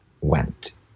went